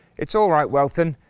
it's all right welton,